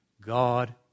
God